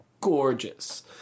gorgeous